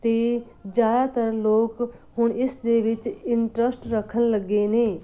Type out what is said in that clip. ਅਤੇ ਜ਼ਿਆਦਾਤਰ ਲੋਕ ਹੁਣ ਇਸ ਦੇ ਵਿੱਚ ਇੰਟਰਸਟ ਰੱਖਣ ਲੱਗੇ ਨੇ